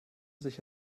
sich